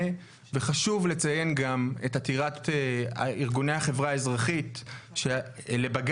וחשוב לציין גם את עתירת ארגוני החברה האזרחית לבג"ץ,